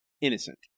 innocent